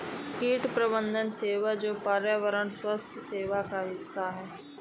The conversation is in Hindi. कीट प्रबंधन सेवा जो पर्यावरण स्वास्थ्य सेवा का हिस्सा है